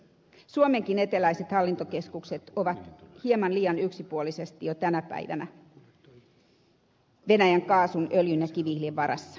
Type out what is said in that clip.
suomenkin eteläiset hallintokeskukset ovat hieman liian yksipuolisesti jo tänä päivänä venäjän kaasun öljyn ja kivihiilen varassa